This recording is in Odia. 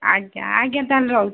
ଆଜ୍ଞା ଆଜ୍ଞା ତାହାଲେ ରହୁଛି